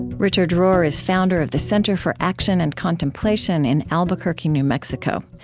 richard rohr is founder of the center for action and contemplation in albuquerque, new mexico.